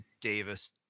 Davis